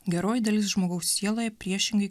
geroji dalis žmogaus sieloje priešingai